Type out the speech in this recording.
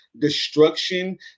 destruction